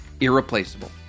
irreplaceable